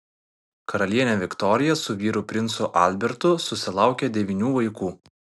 karalienė viktorija su vyru princu albertu susilaukė devynių vaikų